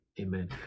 amen